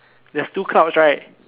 there's two clouds right